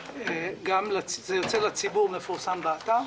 זה יוצא לציבור ומפורסם באתר,